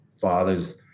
fathers